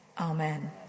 amen